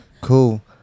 cool